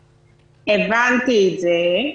הבנתי את זה.